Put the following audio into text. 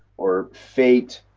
or fate?